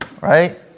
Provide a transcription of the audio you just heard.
Right